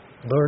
Learn